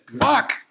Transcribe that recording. Fuck